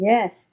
Yes